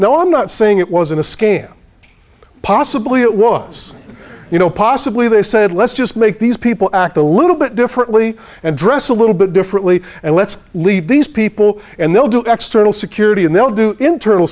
now i'm not saying it wasn't a scam possibly it was you know possibly they said let's just make these people act a little bit differently and dress a little bit differently and let's leave these people and they'll do x total security and they'll do internal